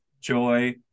joy